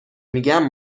میگم